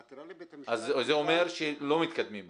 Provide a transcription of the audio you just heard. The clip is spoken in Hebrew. העתירה לבית המשפט --- אז זה אומר שלא מתקדמים במקביל.